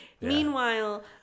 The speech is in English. Meanwhile